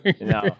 No